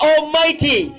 Almighty